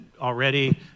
already